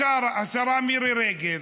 השרה מירי רגב,